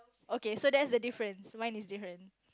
okay so that's the difference one is different